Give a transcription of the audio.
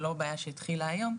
זה לא בעיה שהתחילה היום,